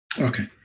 Okay